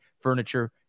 furniture